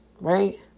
right